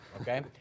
okay